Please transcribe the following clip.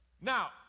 Now